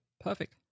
Perfect